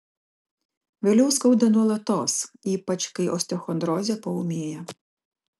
vėliau skauda nuolatos ypač kai osteochondrozė paūmėja